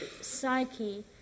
psyche